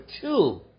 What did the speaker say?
two